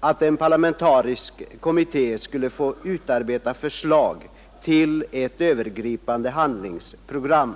att en parlamentarisk kommitté skulle få utarbeta förslag till ett övergripande handlingsprogram.